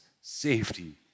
safety